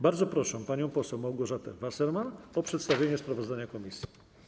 Bardzo proszę panią poseł Małgorzatę Wassermann o przedstawienie sprawozdania komisji.